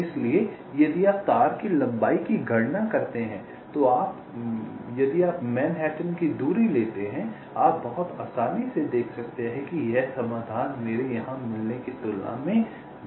इसलिए यदि आप तार की लंबाई की गणना करते हैं यदि आप मैनहट्टन की दूरी लेते हैं तो आप बहुत आसानी से देख सकते हैं कि यह समाधान मेरे यहां मिलने की तुलना में बदतर है